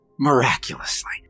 Miraculously